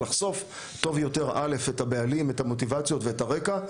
לחשוף טוב יותר קודם כל את הבעלים וגם את המוטיבציות ואת הרקע שלהם.